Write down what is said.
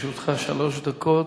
לרשותך שלוש דקות.